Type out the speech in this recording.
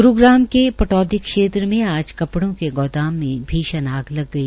ग्रूग्राम के पटौदी क्षेत्र में आज कपड़ो के गोदान मे भीषण आग लग गई